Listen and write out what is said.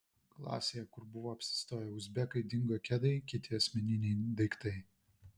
klasėje kur buvo apsistoję uzbekai dingo kedai kiti asmeniniai daiktai